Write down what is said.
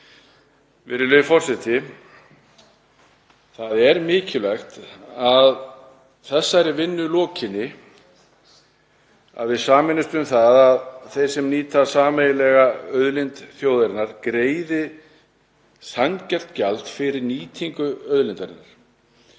Virðulegur forseti. Það er mikilvægt að þessari vinnu lokinni að við sameinumst um það að þeir sem nýta sameiginlega auðlind þjóðarinnar greiði sanngjarnt gjald fyrir nýtingu auðlindarinnar.